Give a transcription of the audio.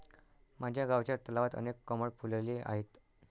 माझ्या गावच्या तलावात अनेक कमळ फुलले आहेत